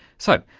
so,